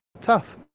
tough